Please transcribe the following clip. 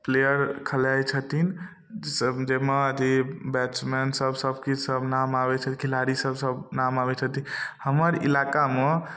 player खेलाइ छथिन सब जाहिमे अथी बैट्समैनसभ किसब नाम आबै छै खेलाड़ीसभ सब नाम आबै छथिन हमर इलाकामे